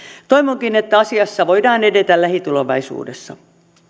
toivonkin että asiassa voidaan edetä lähitulevaisuudessa